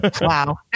Wow